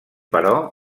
però